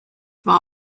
war